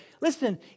Listen